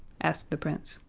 asked the prince.